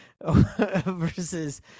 Versus